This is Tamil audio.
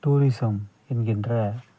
டூரிசம் என்கின்ற